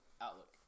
Outlook